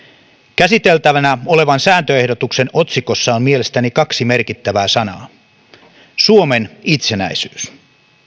käsiteltävänä olevan sääntöehdotuksen otsikossa on mielestäni kaksi merkittävää sanaa suomen itsenäisyys